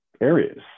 areas